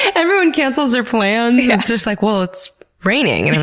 everyone cancels their plans. it's just like, well, it's raining. and and